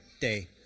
Day